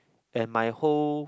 and my whole